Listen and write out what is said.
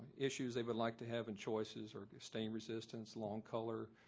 issues they would like to have in choices are stain resistance, long color,